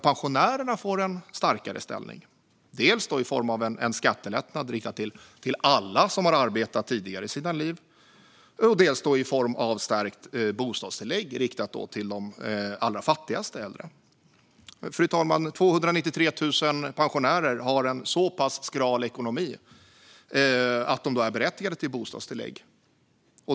Pensionärerna får en starkare ställning, dels i form av en skattelättnad riktad till alla som har arbetat tidigare i livet, dels i form av stärkt bostadstillägg riktat till de allra fattigaste äldre. 293 000 pensionärer har en så pass skral ekonomi att de är berättigade till bostadstillägg.